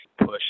push